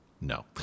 No